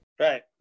Right